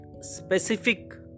specific